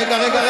רגע,